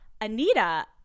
Anita